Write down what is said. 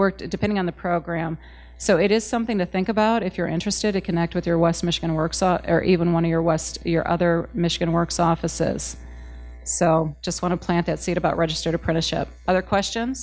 worked depending on the program so it is something to think about if you're interested in connect with your west michigan works or even want to your west your other michigan works offices so just want to plant that seed about registered apprenticeship other question